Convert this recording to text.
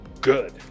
good